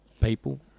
people